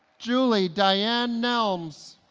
julie diana nelms